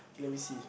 let me see